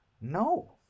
No